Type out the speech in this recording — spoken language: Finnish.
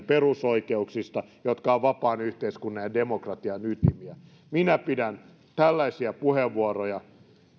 perusoikeuksista jotka ovat vapaan yhteiskunnan ja demokratian ytimiä minä pidän tällaisia puheenvuoroja